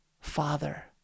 Father